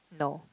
no